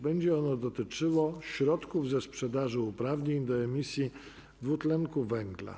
Będzie ono dotyczyło środków ze sprzedaży uprawnień do emisji dwutlenku węgla.